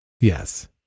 Yes